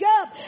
up